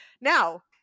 Now